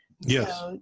Yes